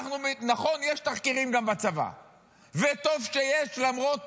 נכון, יש תחקירים גם בצבא, וטוב שיש, למרות